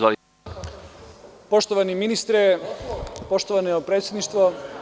Poštovani ministre, poštovano predsedništvo…